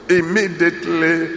immediately